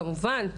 כמובן,